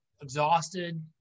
exhausted